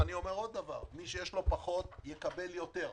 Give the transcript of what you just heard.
מי שיש לו פחות, יקבל יותר.